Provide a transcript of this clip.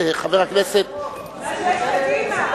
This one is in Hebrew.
מזל שיש קדימה.